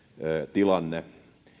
tilanne